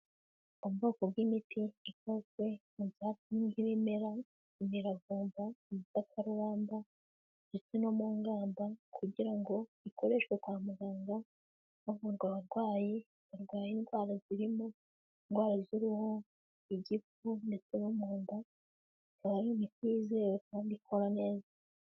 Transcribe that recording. Ubwoko bw'imiti ikozwe mu byatsi nk'ibimera, imiravumba, igikakarubamba, ndetse n'umungamba, kugira ngo ikoreshwe kwa muganga, havurwa abarwayi barwaye indwara zirimo, indwara z'uruhu, igifu, ndetse no mu nda, akaba ari imiti yizewe kandi ikora neza.